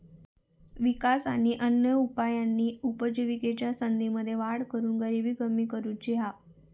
विकास आणि अन्य उपायांनी आजिविकेच्या संधींमध्ये वाढ करून गरिबी कमी करुची हा